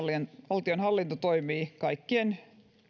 valtionhallinto toimii kaikkien